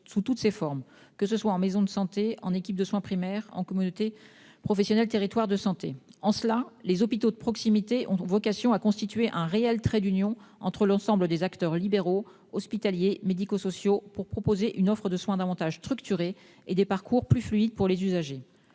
sous toutes ses formes, que ce soit sous la forme de maisons de santé, d'équipes de soins primaires ou de communautés professionnelles territoriales de santé. En cela, les hôpitaux de proximité ont vocation à constituer un réel trait d'union entre l'ensemble des acteurs libéraux, hospitaliers et médico-sociaux, pour proposer une offre de soins davantage structurée et des parcours plus fluides pour les usagers.